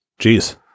Jeez